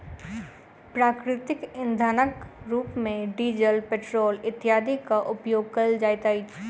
प्राकृतिक इंधनक रूप मे डीजल, पेट्रोल इत्यादिक उपयोग कयल जाइत अछि